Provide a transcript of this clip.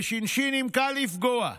בשינשינים קל לפגוע.